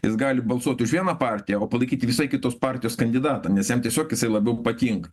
jis gali balsuot už vieną partiją o palaikyti visai kitos partijos kandidatą nes jam tiesiog jisai labiau patinka